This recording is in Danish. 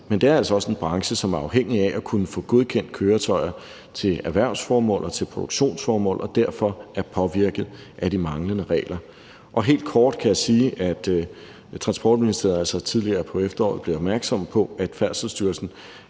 men det er altså også en branche, som er afhængig af at kunne få godkendt køretøjer til erhvervsformål og til produktionsformål, og som derfor er meget påvirket af de manglende regler. Helt kort kan jeg sige, at Transportministeriet altså tidligere på efteråret blev opmærksom på, at Færdselsstyrelsen